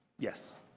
yes.